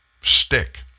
stick